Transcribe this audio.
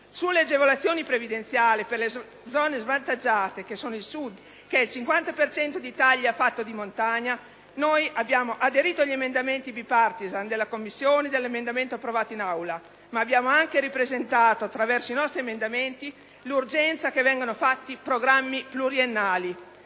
Sulle agevolazioni previdenziali per le zone svantaggiate, che sono il Sud e il 50 per cento dell'Italia fatto di montagna, noi abbiamo aderito agli emendamenti *bipartisan* della Commissione e all'emendamento approvato in Aula, ma abbiamo anche riproposto, attraverso i nostri emendamenti, l'urgenza che vengano fatti programmi pluriennali.